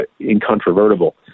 incontrovertible